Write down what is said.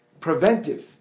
preventive